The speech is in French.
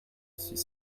six